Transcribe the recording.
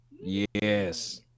Yes